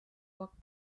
walked